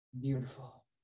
Beautiful